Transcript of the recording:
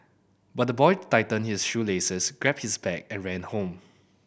but the boy tightened his shoelaces grabbed his bag and ran home